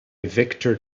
victor